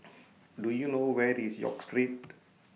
Do YOU know Where IS York Street